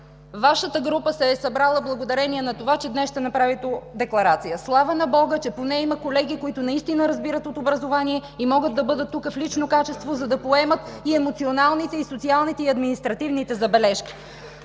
Вашата група се е събрала благодарение на това, че днес ще направите декларация. Слава на Бога, че поне има колеги, които наистина разбират от образование и могат да бъдат тук в лично качество, за да поемат емоционалните, социалните и административните забележки.